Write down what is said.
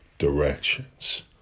Directions